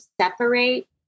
separate